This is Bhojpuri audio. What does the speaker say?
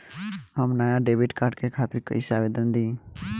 हम नया डेबिट कार्ड के खातिर कइसे आवेदन दीं?